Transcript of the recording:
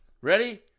ready